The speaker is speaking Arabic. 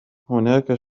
هناك